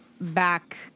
back